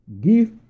give